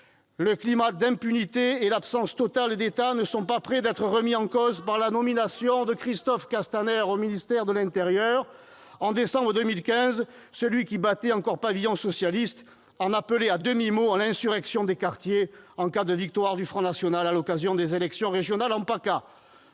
Le climat d'impunité et l'absence totale d'État ne sont pas près d'être remis en cause par la nomination de Christophe Castaner au ministère de l'intérieur. En décembre 2015, celui qui battait encore pavillon socialiste en appelait à demi-mot à l'insurrection des quartiers en cas de victoire du Front national à l'occasion des élections régionales en